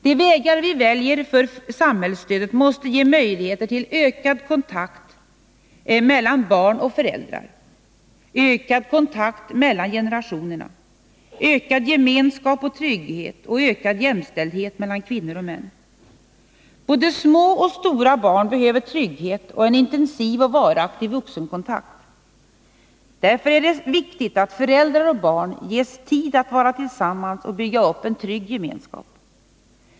De vägar vi väljer för samhällsstödet måste ge möjlighet till ökad kontakt mellan barn och föräldrar, ökad kontakt mellan generationerna, ökad gemenskap och trygghet och ökad jämställdhet mellan kvinnor och män. Både små och stora barn behöver trygghet och en intensiv och varaktig vuxenkontakt. Därför är det viktigt att föräldrar och barn ges tid att vara tillsammans och bygga upp en trygg gemenskap.